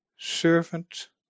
servant